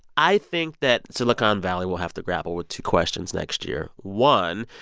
i think that silicon valley will have to grapple with two questions next year. one,